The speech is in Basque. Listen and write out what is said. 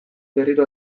berriro